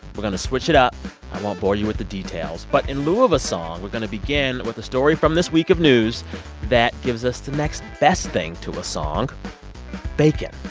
we're going to switch it up. i won't bore you with the details. but in lieu of a song, we're going to begin with the story from this week of news that gives us the next best thing to a song bacon